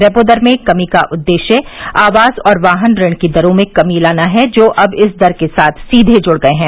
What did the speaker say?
repo दर में कमी का उद्देश्य आवास और वाहन ऋण की दरों में कमी लाना है जो अब इस दर के साथ सीधे जुड़ गए हैं